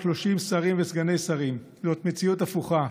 30 שרים וסגני שרים, זאת מציאות הפוכה.